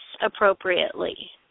appropriately